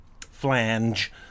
flange